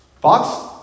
Fox